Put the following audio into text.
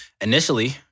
Initially